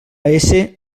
ésser